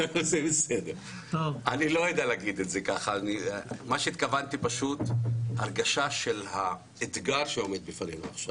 התכוונתי שתחושת האתגר שעומד בפנינו עכשיו,